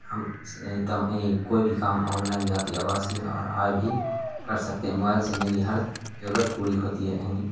ہم کوئی بھی کام آن لائن اور آئے بھی کر سکتے ہیں موبائل سے میری ہر ضرورت پوری ہوتی ہے یعنی